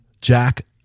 Jack